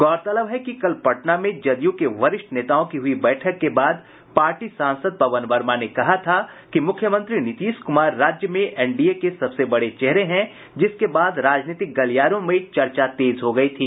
गौरतलब है कि कल पटना में जदयू के वरिष्ठ नेताओं की हुई बैठक के बाद पार्टी सांसद पवन वर्मा ने कहा था कि मुख्यमंत्री नीतीश कुमार राज्य में एनडीए के सबसे बड़े चेहरे हैं जिसके बाद राजनीतिक गलियारों में चर्चा तेज हो गयी थी